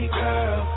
girl